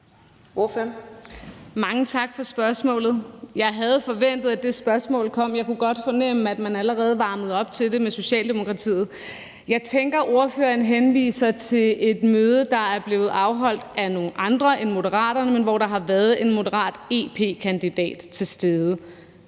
Mange tak for spørgsmålet. Jeg havde forventet, at det spørgsmål kom. Jeg kunne godt fornemme, at man allerede varmede op til det med Socialdemokratiet. Jeg tænker, at ordføreren henviser til et møde, der blev afholdt af nogle andre and Moderaterne, men hvor der var en moderat europaparlamentskandidat til stede.